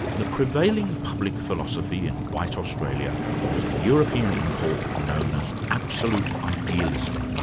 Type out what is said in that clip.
the prevailing public philosophy in white australia was a european import known as absolute idealism.